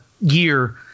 year